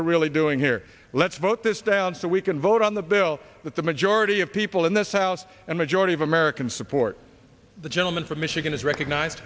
we're really doing here let's vote this down so we can vote on the bill that the majority of people in this house and majority of americans support the gentleman from michigan is recognized